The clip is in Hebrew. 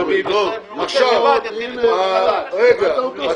מה